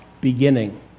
beginning